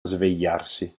svegliarsi